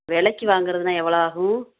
விலக்கி வாங்கிறதுன்னா எவ்வளோ ஆகும்